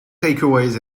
takeaways